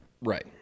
Right